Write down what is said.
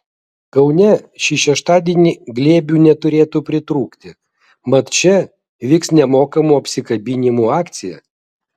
kaune šį šeštadienį glėbių neturėtų pritrūkti mat čia vyks nemokamų apsikabinimų akcija